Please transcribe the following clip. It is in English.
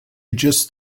just